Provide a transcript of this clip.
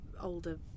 older